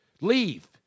leave